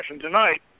tonight